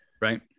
Right